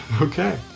Okay